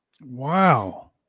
Wow